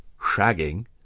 Shagging